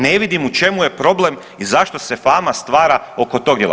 Ne vidim u čemu je problem i zašto se fama stvara oko tog dijela.